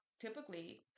typically